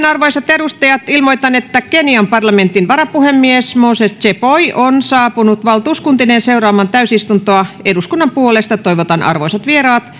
arvoisat edustajat ilmoitan että kenian parlamentin varapuhemies moses cheboi on saapunut valtuuskuntineen seuraamaan täysistuntoa eduskunnan puolesta toivotan arvoisat vieraat